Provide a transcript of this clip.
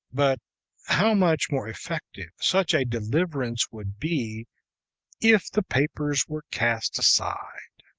but how much more effective such a deliverance would be if the papers were cast aside!